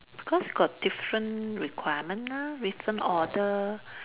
because got different requirement ah different order